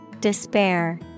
Despair